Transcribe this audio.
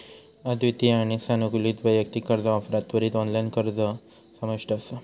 अद्वितीय आणि सानुकूलित वैयक्तिक कर्जा ऑफरात त्वरित ऑनलाइन अर्ज समाविष्ट असा